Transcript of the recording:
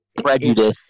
Prejudice